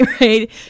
right